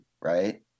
Right